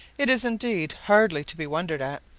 it is indeed hardly to be wondered at,